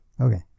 Okay